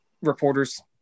reporters